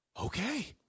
Okay